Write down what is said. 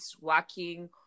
working